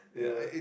yeah